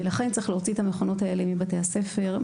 לכן צריך להוציא את המכונות האלה מבתי הספר,